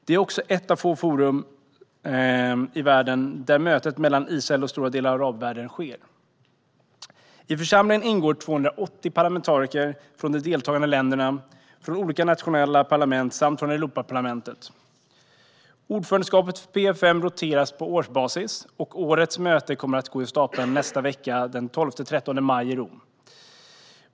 Det är också ett av få forum i världen där mötet mellan Israel och stora delar av arabvärlden sker. I församlingen ingår 280 parlamentariker från de deltagande länderna, från olika nationella parlamentet och från Europaparlamentet. Ordförandeskapet i PA-UfM roteras på årsbasis, och årets möte kommer att gå av stapeln nästa vecka - den 12 och 13 maj - i Rom.